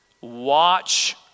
watch